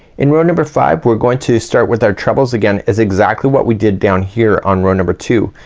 in row number five, we're going to start with our trebles again. it's exactly what we did down here on row number two.